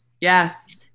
yes